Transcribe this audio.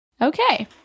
Okay